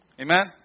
Amen